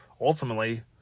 ultimately